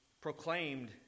proclaimed